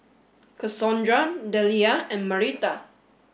Cassondra Delia and Marita